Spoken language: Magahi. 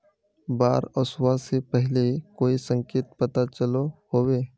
बाढ़ ओसबा से पहले कोई संकेत पता चलो होबे?